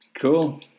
Cool